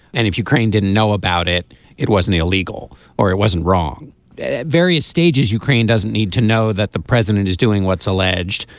and if ukraine didn't know about it it wasn't illegal or it wasn't wrong at various stages ukraine doesn't need to know that the president is doing what's alleged.